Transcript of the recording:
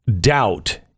doubt